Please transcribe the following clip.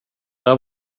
där